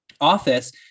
office